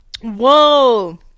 Whoa